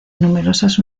numerosas